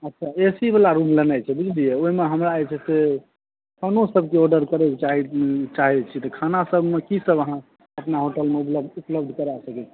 अच्छा A C वाला room लेनाइ छै बुझलियै ओहिमे हमरा जे छै से खानो सबके आर्डर करै लए चाहै छियै तऽ खाना सबमे की सब अहाँ अपना होटल मे उपलब्ध कराए सकै छियै